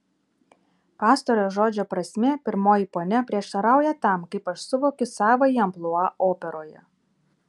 pastarojo žodžio prasmė pirmoji ponia prieštarauja tam kaip aš suvokiu savąjį amplua operoje